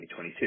2022